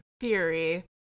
theory